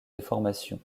déformation